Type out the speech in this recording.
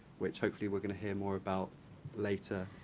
which hopefully we're going to hear more about later.